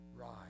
Rise